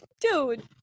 Dude